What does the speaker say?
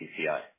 PCI